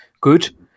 good